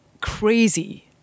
crazy